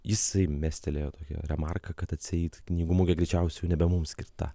jisai mestelėjo tokią remarką kad atseit knygų mugė greičiausiai nebe mums skirta